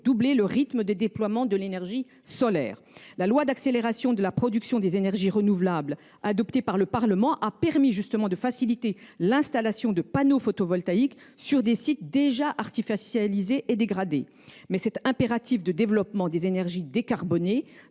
doubler le rythme de déploiement de l’énergie solaire. La loi relative à l’accélération de la production d’énergies renouvelables a permis de faciliter l’installation de panneaux photovoltaïques sur des sites déjà artificialisés et dégradés. Toutefois, cet impératif de développement des énergies décarbonées